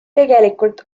tegelikult